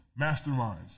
masterminds